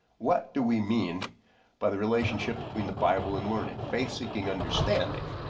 what do we mean by the relationship between the bible and learning. faith seeking understanding.